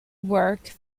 work